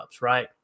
right